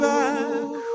back